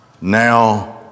Now